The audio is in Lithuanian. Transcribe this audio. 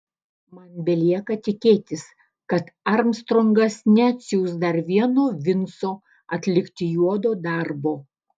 man belieka tikėtis kad armstrongas neatsiųs dar vieno vinco atlikti juodo darbo